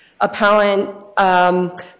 appellant